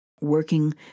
working